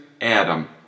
Adam